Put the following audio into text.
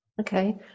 Okay